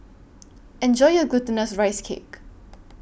Enjoy your Glutinous Rice Cake